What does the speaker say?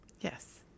Yes